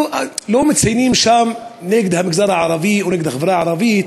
לא מציינים שם נגד המגזר הערבי או נגד החברה הערבית.